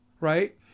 Right